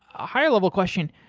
a high-level question.